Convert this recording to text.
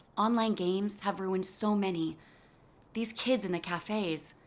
online games have ruined so many these kids in the cafes.